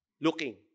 looking